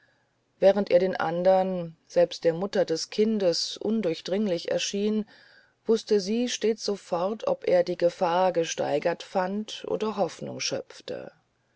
während er den anderen selbst der mutter des kindes undurchdringlich erschien wußte sie stets sofort ob er die gefahr gesteigert fand oder hoffnung schöpfte